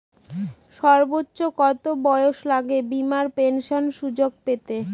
সর্বোচ্চ কত বয়স লাগে বীমার পেনশন সুযোগ পেতে?